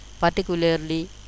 particularly